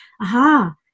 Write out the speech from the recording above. aha